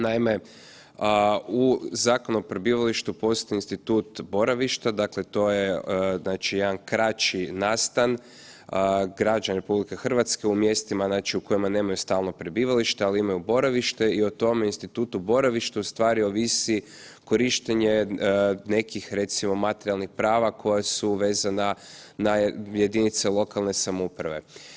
Naime, u Zakonu o prebivalištu postoji institut boravišta, to je znači jedan kraći nastan građana RH u mjestima znači gdje nemaju stalno prebivalište, ali imaju boravište i o tome institutu boravištu ustvari ovisi korištenje nekih recimo materijalnih prava koja su vezana na jedinice lokalne samouprave.